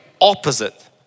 opposite